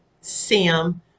Sam